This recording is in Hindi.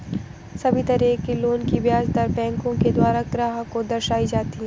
सभी तरह के लोन की ब्याज दर बैंकों के द्वारा ग्राहक को दर्शाई जाती हैं